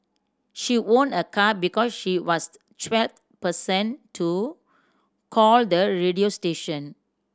she won a car because she was twelfth person to call the radio station